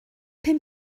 pum